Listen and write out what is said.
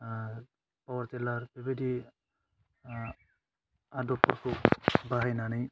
power tiller बेबादि आदबफोरखौ बाहायनानै